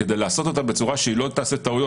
כדי לעשות אותה בצורה שלא תעשה טעויות